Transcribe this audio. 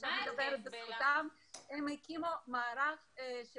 עכשיו אני מדברת לזכותם של מוקדים,